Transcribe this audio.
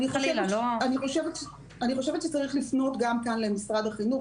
אני חושבת שצריך לפנות למשרד החינוך.